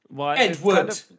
Edward